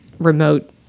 remote